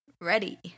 ready